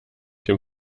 dem